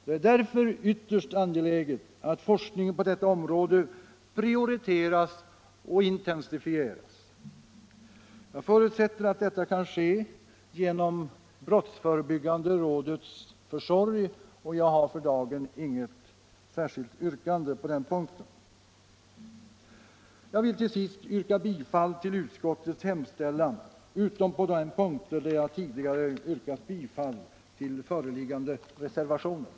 Det är därför ytterst angeläget att forskningen på detta område prioriteras och intensifieras. Jag förutsätter att detta kan ske genom Brottsförebyggande rådets försorg och har för dagen inget yrkande på denna punkt. Slutligen vill jag yrka bifall till utskottets hemställan utom på de punkter där jag tidigare yrkat bifall till föreliggande reservationer.